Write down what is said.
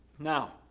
Now